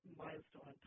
milestone